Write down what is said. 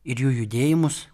ir jų judėjimus